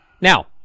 Now